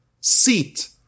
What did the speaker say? seat